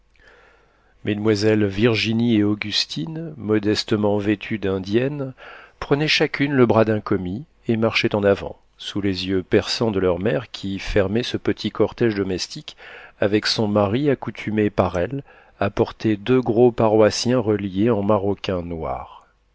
mesdemoiselles virginie et augustine modestement vêtues d'indienne prenaient chacune le bras d'un commis et marchaient en avant sous les yeux perçants de leur mère qui fermait ce petit cortége domestique avec son mari accoutumé par elle à porter deux gros paroissiens reliés en maroquin noir